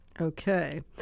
Okay